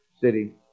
city